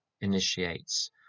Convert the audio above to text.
initiates